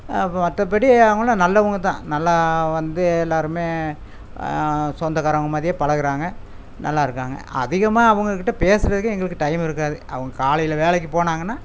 மற்றபடி அவங்களும் நல்லவங்க தான் நல்லா வந்து எல்லாரும் சொந்தக்காரவுங்க மாதிரியே பழகுறாங்க நல்லா இருக்காங்க அதிகமாக அவங்கக்கிட்ட பேசுறதுக்கே எங்களுக்கு டையம் இருக்காது அவங் காலையில் வேலைக்கு போனாங்கன்னா